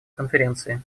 конференции